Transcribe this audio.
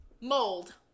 mold